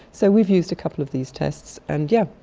so we've used a couple of these tests, and yes,